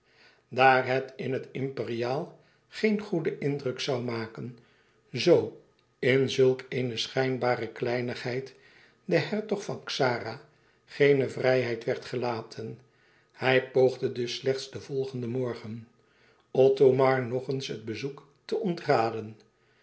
daar het in het imperiaal geen goeden indruk zoû maken zoo in zulk eene schijnbare kleinigheid den hertog van xara geene vrijheid werd gelaten hij poogde dus slechts den volgenden morgen othomar nog eens het bezoek te ontraden